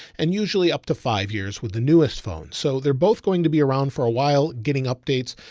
and usually up to five years with the newest phone. so they're both going to be around for awhile, getting updates,